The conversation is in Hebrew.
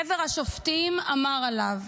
חבר השופטים אמר עליו: